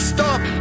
Stop